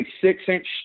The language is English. six-inch